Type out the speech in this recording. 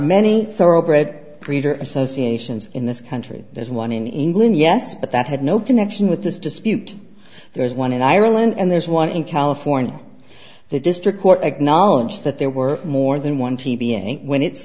many thoroughbred breeder associations in this country as one in england yes but that had no connection with this dispute there's one in ireland and there's one in california the district court acknowledged that there were more than one t